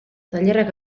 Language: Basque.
tailerrak